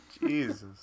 Jesus